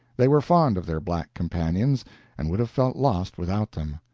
they were fond of their black companions and would have felt lost without them.